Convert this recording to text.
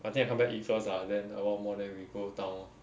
I think I come back eat first lah then a while more then we go town lor